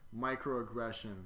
Microaggressions